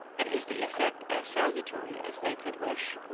and is the effect as salutary as they could wish?